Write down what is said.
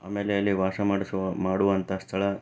ಆಮೇಲೆ ಅಲ್ಲಿ ವಾಸ ಮಾಡಿಸುವ ಮಾಡುವಂಥ ಸ್ಥಳ